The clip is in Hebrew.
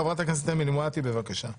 חברת הכנסת אמילי מואטי, בבקשה.